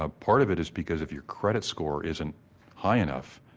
ah part of it is because if your credit score isn't high enough,